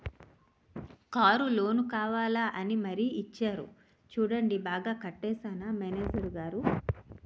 Car loan కావాలా అని మరీ ఇచ్చేరు చూడండి బాగా కట్టేశానా మేనేజరు గారూ?